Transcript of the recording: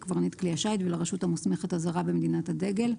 לקברניט כלי השיט ולרשות המוסמכת הזרה במדינת הדגל,